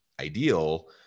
ideal